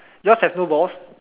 ya have no balls